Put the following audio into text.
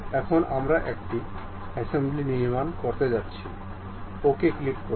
এখন আমরা একটি সমাবেশ নির্মাণ করতে যাচ্ছি OK ক্লিক করুন